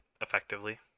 effectively